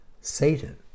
Satan